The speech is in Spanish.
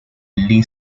lee